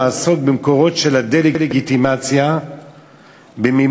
לעסוק במקורות של הדה-לגיטימציה במימון,